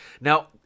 Now